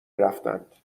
رفتند